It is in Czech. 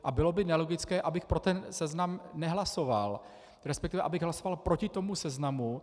A bylo by nelogické, abych pro ten seznam nehlasoval, resp. abych hlasoval proti tomu seznamu.